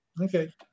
okay